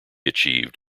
achieved